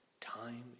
Time